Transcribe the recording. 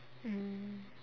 mm